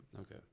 Okay